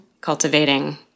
cultivating